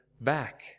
back